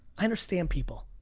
i understand people,